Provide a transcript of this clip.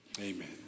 Amen